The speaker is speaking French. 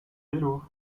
vélo